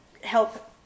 help